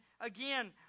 again